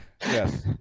yes